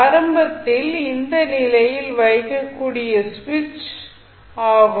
ஆரம்பத்தில் இந்த நிலையில் வைக்கக்கூடிய சுவிட்ச் ஆகும்